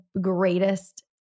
greatest